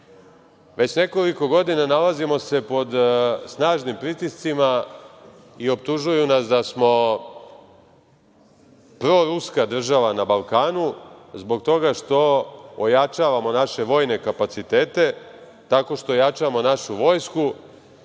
nekoliko godina nalazimo se pod snažnim pritiscima i optužuju nas da smo proruska država na Balkanu zbog toga što ojačavamo naše vojne kapacitete, tako što jačamo našu vojsku